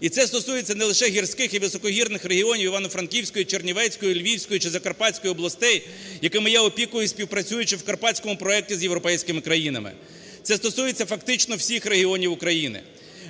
І це стосується не лише гірських і високогірних регіонів Івано-Франківської, Чернівецької, Львівської чи Закарпатської областей, якими я опікуюсь, співпрацюючи в карпатському проекті з європейськими країнами. Це стосується фактично всіх регіонів України.